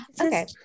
Okay